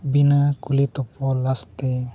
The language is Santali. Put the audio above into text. ᱵᱤᱱᱟᱹ ᱠᱩᱞᱤ ᱛᱚᱞᱟᱥ ᱛᱮ